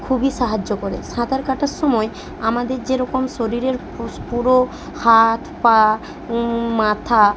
খুবই সাহায্য করে সাঁতার কাটার সময় আমাদের যেরকম শরীরের পুস পুরো হাত পা মাথা